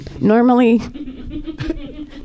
Normally